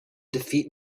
defeat